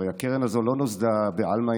הרי הקרן הזו לא נוסדה בעלמא,